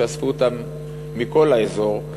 שאספו אותם מכל האזור,